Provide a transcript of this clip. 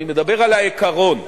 אני מדבר על העיקרון.